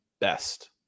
best